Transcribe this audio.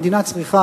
הרבה מקומות